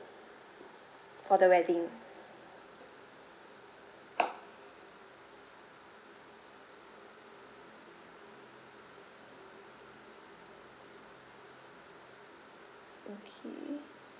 for the wedding okay